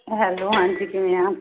hello ਹਾਂਜੀ ਕਿਵੇਂ ਆ